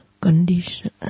condition